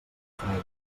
freda